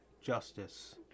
Justice